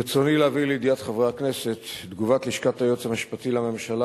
ברצוני להביא לידיעת חברי הכנסת תגובת לשכת היועץ המשפטי לממשלה,